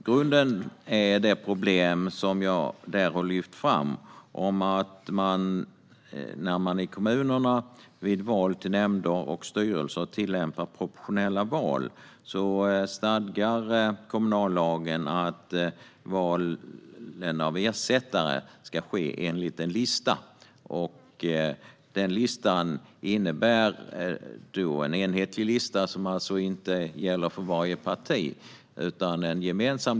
Grunden är det problem som jag där har lyft fram om att när man i kommunerna vid val till nämnder och styrelser tillämpar proportionella val stadgar kommunallagen att val av ersättare ska ske enligt en lista. Detta är en gemensam och enhetlig lista och gäller alltså för alla partier.